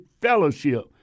fellowship